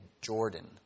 Jordan